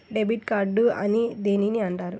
Debit card అని దేనిని అంటారు?